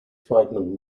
friedman